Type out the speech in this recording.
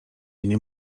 nie